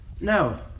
No